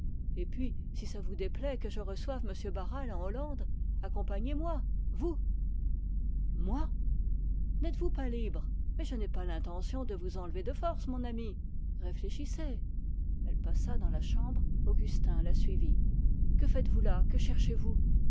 et puis si ça vous déplaît que je reçoive barral en hollande accompagnez-moi vous moi n'êtes-vous pas libre mais je n'ai pas l'intention de vous enlever de force mon ami réfléchissez elle passa dans la chambre augustin la suivit que faites-vous là que cherchez-vous